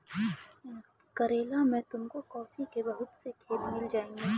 केरला में तुमको कॉफी के बहुत से खेत मिल जाएंगे